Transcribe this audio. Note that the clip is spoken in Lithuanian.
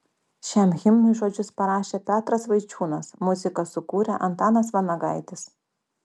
šiam himnui žodžius parašė petras vaičiūnas muziką sukūrė antanas vanagaitis